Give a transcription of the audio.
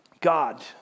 God